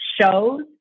shows